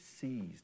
seized